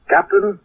Captain